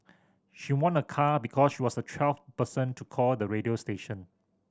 she won a car because she was the twelfth person to call the radio station